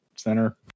Center